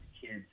kids